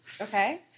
Okay